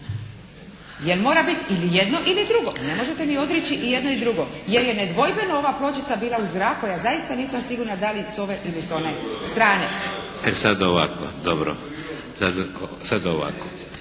Jer mora biti ili jedno ili drugo, Ne možete mi odreći i jedno i drugo. Jer je nedvojbeno ova pločica bila u zraku. Ja zaista nisam sigurna da li s ove ili one strane. **Šeks, Vladimir